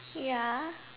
ya